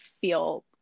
feel